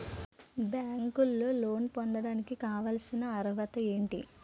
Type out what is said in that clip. బ్యాంకులో లోన్ పొందడానికి కావాల్సిన అర్హత ఏంటి?